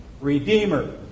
Redeemer